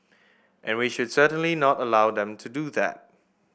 and we should certainly not allow them to do that